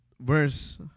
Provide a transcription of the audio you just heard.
verse